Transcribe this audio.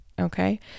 Okay